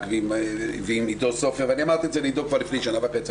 ועם עידו סופר ואמרתי את זה לעידו כבר לפני שנה וחצי,